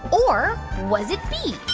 or was it b,